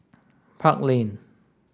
Park Lane